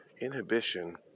Inhibition